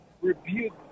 rebuke